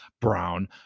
brown